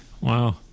Wow